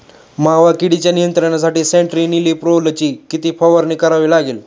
मावा किडीच्या नियंत्रणासाठी स्यान्ट्रेनिलीप्रोलची किती फवारणी करावी लागेल?